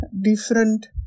different